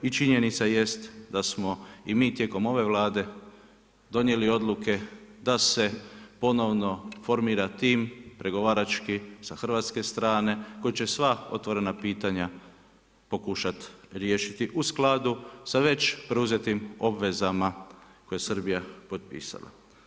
I činjenica jest da smo i mi tijekom ove Vlade donijeli odluke da se ponovno formira tim pregovarački sa hrvatske strana koji će sva otvorena pitanja pokušati riješiti u skladu sa već preuzetim obvezama koje je Srbija potpisala.